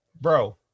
bro